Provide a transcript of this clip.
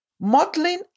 Modeling